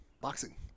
Boxing